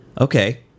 Okay